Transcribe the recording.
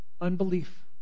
unbelief